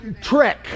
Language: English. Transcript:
trick